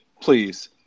please